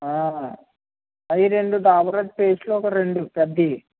ఆ అవి రెండు డాబర్ రెడ్ పేస్ట్ లు ఒక రెండు పెద్దయి